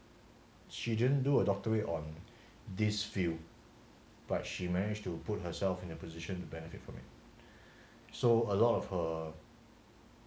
she didn't do a doctorate on this field but she managed to put herself in a position to benefit from it so a lot of her